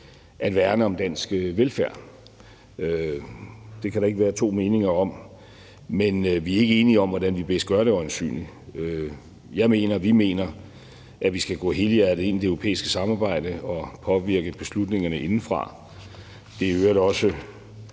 at værne om dansk velfærd. Det kan der ikke være to meninger om. Men vi er øjensynlig ikke enige om, hvordan vi bedst gør det. Jeg mener, og vi mener, at vi skal gå helhjertet ind i det europæiske samarbejde og påvirke beslutningerne indefra. Det er i øvrigt også